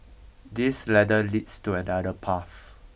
this ladder leads to another path